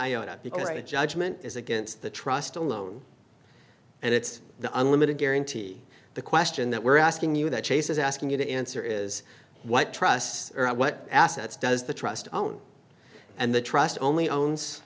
the judgment is against the trust alone and it's the unlimited guarantee the question that we're asking you that chase is asking you to answer is what trusts or what assets does the trust own and the trust only owns